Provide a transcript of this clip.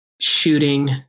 shooting